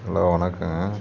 hello வணக்கங்க